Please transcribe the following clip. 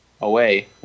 away